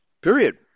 period